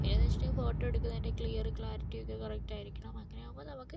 പിന്നെയെന്ന് വെച്ചിട്ടുണ്ടെങ്കിൽ ഫോട്ടോ എടുക്കുന്നതിൻ്റെ ക്ലിയർ ക്ലാരിറ്റി ഒക്കെ കറക്റ്റായിരിക്കണം അങ്ങനെയാകുമ്പോൾ നമുക്ക്